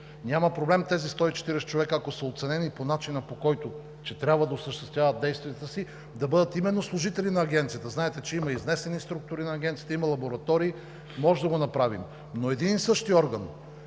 Няма проблем тези 140 човека, ако са оценени по начина, по който трябва да осъществяват действията си, да бъдат именно служители на Агенцията. Знаете, че има изнесени структури на Агенцията, има лаборатории – можем да го направим. Но един и същи орган